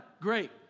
Great